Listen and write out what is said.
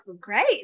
great